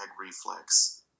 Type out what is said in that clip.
reflex